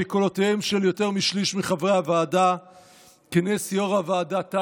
בקולותיהם של יותר משליש מחברי הוועדה כינס יו"ר הוועדה,